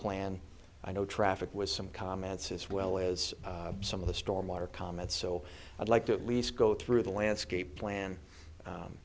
plan i know traffic was some comments as well as some of the stormwater comments so i'd like to at least go through the landscape plan